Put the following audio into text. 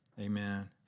amen